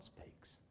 speaks